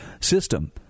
system